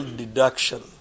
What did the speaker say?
deduction